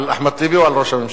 על אחמד טיבי או על ראש הממשלה?